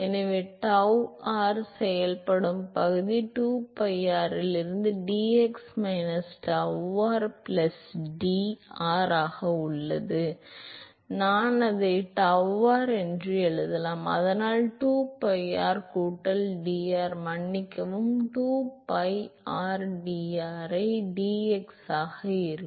எனவே tau r செயல்படும் பகுதி 2pi r இலிருந்து dx minus tau r plus d r ஆக உள்ளது நான் அதை tau r என்று எழுதலாம் அதனால் 2pi r கூட்டல் dr மன்னிக்கவும் 2pi rdr ஐ dx ஆக இருக்கும்